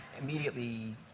immediately